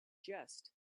jest